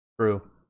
True